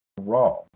Raw